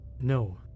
No